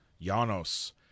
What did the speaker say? Janos